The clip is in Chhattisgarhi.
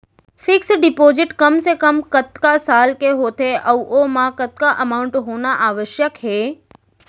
फिक्स डिपोजिट कम से कम कतका साल के होथे ऊ ओमा कतका अमाउंट होना आवश्यक हे?